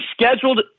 scheduled